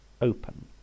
Open